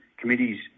Committees